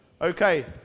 Okay